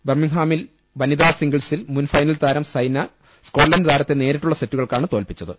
ബർമ്മിംഗ്ഹാമിൽ വനിതാ സിംഗിൾസിൽ മുൻഫൈനൽ താരം സൈന സ്കോട്ട്ലെന്റ് താരത്തെ നേരിട്ടുള്ള സെറ്റുകൾക്കാണ് തോൽപ്പിച്ചത്